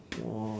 oh